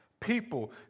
People